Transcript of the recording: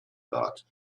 thought